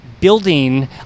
building